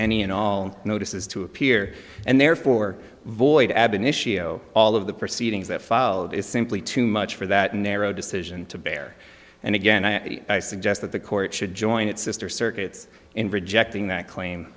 any and all notices to appear and therefore void ab initio all of the proceedings that followed is simply too much for that narrow decision to bear and again i suggest that the court should join its sister circuits in rejecting that claim